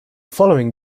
following